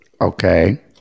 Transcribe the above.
okay